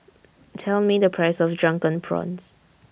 Tell Me The Price of Drunken Prawns